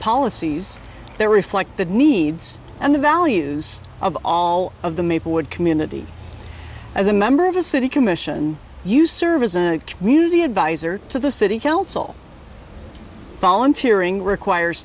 policies there if like the needs and the values of all of the maplewood community as a member of a city commission you serve as a community advisor to the city council volunteering requires